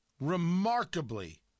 remarkably